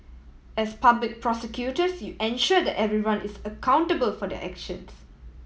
as public prosecutors you ensure that everyone is accountable for their actions